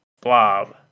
Blob